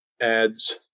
adds